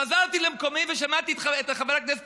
חזרתי למקומי ושמעתי את חבר הכנסת